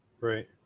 Right